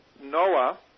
Noah